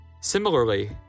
Similarly